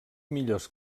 millors